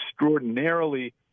extraordinarily